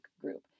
group